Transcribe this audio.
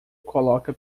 coloca